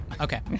Okay